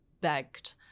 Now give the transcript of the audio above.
begged